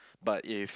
but if